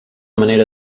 manera